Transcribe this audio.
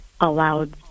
allowed